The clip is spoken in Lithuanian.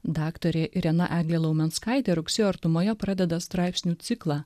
daktarė irena eglė laumenskaitė rugsėjo artumoje pradeda straipsnių ciklą